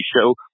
show